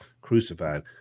crucified